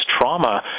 trauma